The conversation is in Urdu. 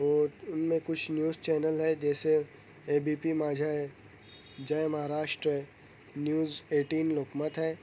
وہ ان میں کچھ نیوز چینل ہے جیسے اے بی پی ماجھا ہے جے مہاراشٹر ہے نیوز ایٹین لوک مت ہے